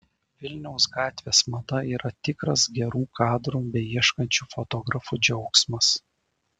vilniaus gatvės mada yra tikras gerų kadrų beieškančių fotografų džiaugsmas